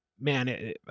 man